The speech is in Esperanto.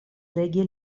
legi